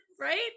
Right